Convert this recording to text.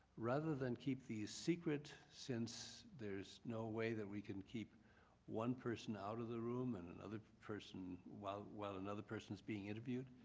rather than keep these a secret since there is no way that we can keep one person out of the room and another person while while another person is being interviewed